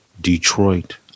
Detroit